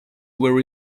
where